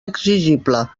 exigible